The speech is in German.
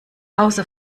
hause